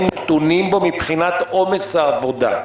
נתונים בו מבחינת עומס העבודה ---".